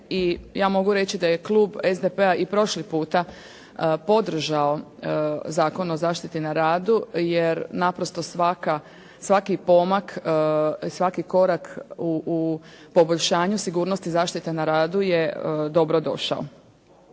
ja mogu reći da je klub SDP-a i prošli puta podržao Zakon o zaštiti na radu jer naprosto svaki pomak, svaki korak u poboljšanju sigurnosti zaštite na radu je dobrodošao.